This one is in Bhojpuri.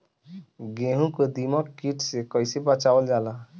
गेहूँ को दिमक किट से कइसे बचावल जाला?